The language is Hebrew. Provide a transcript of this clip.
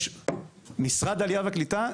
משרד העלייה והקליטה,